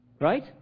right